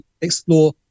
explore